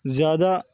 زیادہ